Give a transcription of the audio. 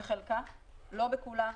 לא בכולה.